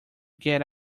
get